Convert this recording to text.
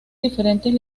diferentes